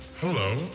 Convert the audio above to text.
Hello